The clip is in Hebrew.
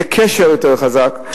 ויהיה קשר יותר חזק.